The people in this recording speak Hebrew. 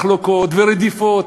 מחלוקות ורדיפות.